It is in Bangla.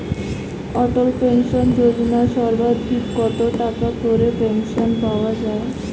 অটল পেনশন যোজনা সর্বাধিক কত টাকা করে পেনশন পাওয়া যায়?